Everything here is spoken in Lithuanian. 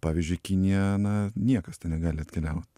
pavyzdžiui kinija na niekas ten negali atkeliaut